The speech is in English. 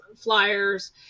flyers